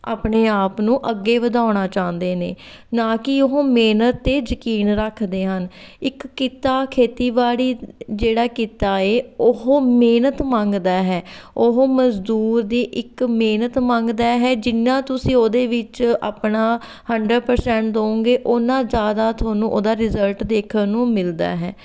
ਆਪਣੇ ਆਪ ਨੂੰ ਅੱਗੇ ਵਧਾਉਣਾ ਚਾਹੁੰਦੇ ਨੇ ਨਾ ਕਿ ਉਹ ਮਿਹਨਤ 'ਤੇ ਯਕੀਨ ਰੱਖਦੇ ਹਨ ਇੱਕ ਕਿੱਤਾ ਖੇਤੀਬਾੜੀ ਜਿਹੜਾ ਕਿੱਤਾ ਏ ਉਹ ਮਿਹਨਤ ਮੰਗਦਾ ਹੈ ਉਹ ਮਜ਼ਦੂਰ ਦੀ ਇੱਕ ਮਿਹਨਤ ਮੰਗਦਾ ਹੈ ਜਿੰਨਾਂ ਤੁਸੀਂ ਉਹਦੇ ਵਿੱਚ ਆਪਣਾ ਹੰਡਰਡ ਪ੍ਰਸੈਂਟ ਦਉਂਗੇ ਉਨ੍ਹਾਂ ਜ਼ਿਆਦਾ ਤੁਹਾਨੂੰ ਉਹਦਾ ਰਿਜ਼ਲਟ ਦੇਖਣ ਨੂੰ ਮਿਲਦਾ ਹੈ